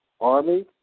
Army